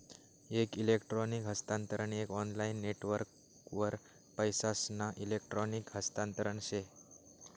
एक इलेक्ट्रॉनिक हस्तांतरण एक ऑनलाईन नेटवर्कवर पैसासना इलेक्ट्रॉनिक हस्तांतरण से